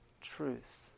truth